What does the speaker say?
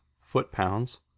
foot-pounds